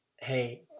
hey